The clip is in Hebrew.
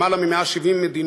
למעלה מ-170 מדינות,